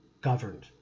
governed